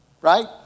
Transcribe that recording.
right